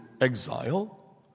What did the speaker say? exile